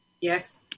Yes